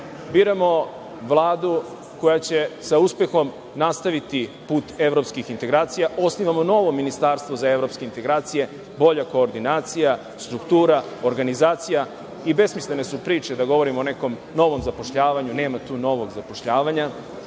biramo Vladu koja će sa uspehom nastaviti put evropskih integracija. Osnivamo novo ministarstvo za evropske integracije, bolja koordinacija, struktura, organizacija i besmislene su priče da govorimo o nekom novom zapošljavanju. Nema tu novog zapošljavanja.